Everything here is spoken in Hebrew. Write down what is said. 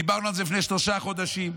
דיברנו על זה לפני שלושה חודשים,